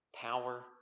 power